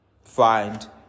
find